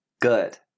Good